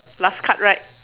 last card right